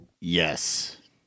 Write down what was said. yes